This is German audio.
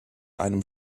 einem